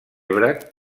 dvořák